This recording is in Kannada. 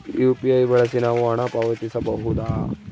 ಯು.ಪಿ.ಐ ಬಳಸಿ ನಾವು ಹಣ ಪಾವತಿಸಬಹುದಾ?